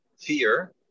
fear